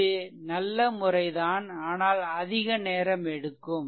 இது நல்ல முறைதான் ஆனால் அதிக நேரம் எடுக்கும்